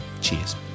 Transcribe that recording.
Cheers